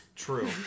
True